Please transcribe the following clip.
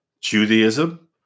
Judaism